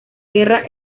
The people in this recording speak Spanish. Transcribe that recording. guerra